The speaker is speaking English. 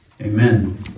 Amen